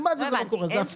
זה אפסי.